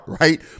right